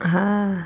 (uh huh)